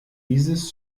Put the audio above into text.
dieses